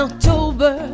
October